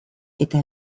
eta